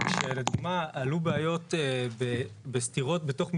כשלדוגמה עלו בעיות וסתירות בתוך מפרטים,